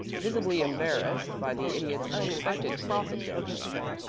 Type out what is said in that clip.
visibly embarrassed by the idiot's unexpected cross-examination.